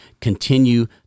continue